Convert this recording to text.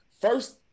first